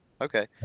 Okay